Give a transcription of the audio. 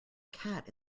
cat